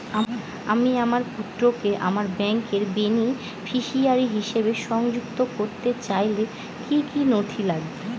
আমি আমার পুত্রকে আমার ব্যাংকের বেনিফিসিয়ারি হিসেবে সংযুক্ত করতে চাইলে কি কী নথি লাগবে?